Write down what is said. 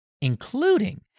including